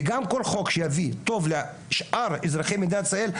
וגם כל חוק שיביא טוב לשאר אזרחי מדינת ישראל,